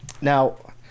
Now